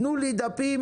תנו לי דפים,